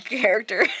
character